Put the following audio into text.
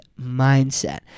mindset